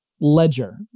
ledger